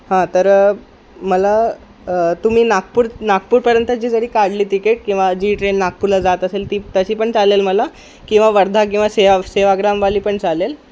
हां तर मला तुम्ही नागपूर नागपूरपर्यंतची जरी काढली तिकीट किंवा जी ट्रेन नागपूरला जात असेल ती तशी पण चालेल मला किंवा वर्धा किंवा सेवा सेवाग्रामवाली पण चालेल